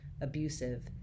abusive